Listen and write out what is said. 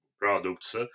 Products